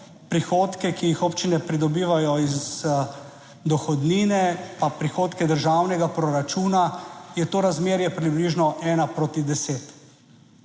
prihodke, ki jih občine pridobivajo iz dohodnine, pa prihodke državnega proračuna, je to razmerje približno ena proti